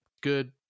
good